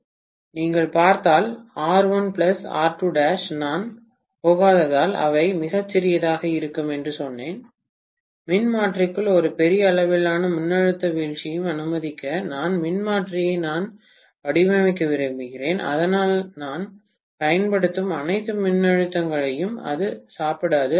நீங்கள் பார்த்தால் நான் போகாததால் அவை மிகச் சிறியதாக இருக்கும் என்று சொன்னேன் மின்மாற்றிக்குள் ஒரு பெரிய அளவிலான மின்னழுத்த வீழ்ச்சியை அனுமதிக்க நான் மின்மாற்றியை நன்றாக வடிவமைக்க விரும்புகிறேன் அதனால் நான் பயன்படுத்தும் அனைத்து மின்னழுத்தங்களையும் அது சாப்பிடாது